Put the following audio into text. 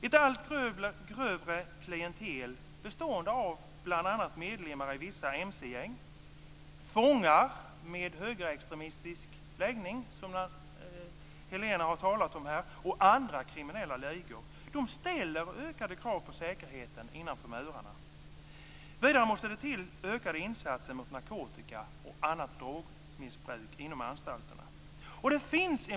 Ett allt grövre klientel bestående av bl.a. medlemmar i vissa mc-gäng, fångar med högerextremistisk läggning - som Helena här har talat om - och andra kriminella ligor ställer ökade krav på säkerheten innanför murarna. Vidare måste det till ökade insatser mot narkotikaoch annat drogmissbruk inom anstalterna.